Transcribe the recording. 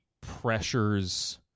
pressures